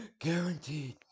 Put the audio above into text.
guaranteed